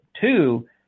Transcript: two